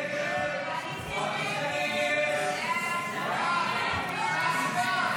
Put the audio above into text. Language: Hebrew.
ההצעה להעביר לוועדה את הצעת חוק הסיוע המשפטי (תיקון,